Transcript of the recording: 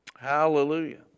Hallelujah